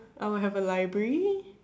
I will have a library